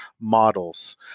models